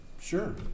sure